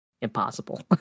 impossible